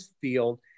field